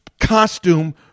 costume